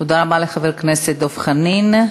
תודה רבה לחבר הכנסת דב חנין.